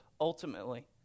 ultimately